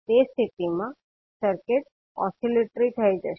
તે સ્થિતિમાં circuit oscillatory થઈ જશે